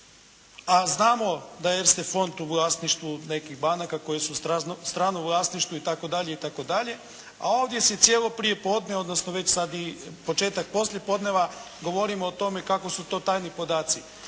a znamo da je Erste fond u vlasništvu nekih banaka koje su strano vlasništvo itd. itd. a ovdje se cijelo prije podne, odnosno već sada i početak poslijepodneva govorimo o tome kako su to tajni podaci.